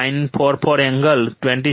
944 angle 26